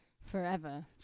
Forever